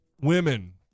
women